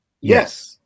Yes